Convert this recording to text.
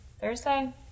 Thursday